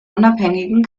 unabhängigen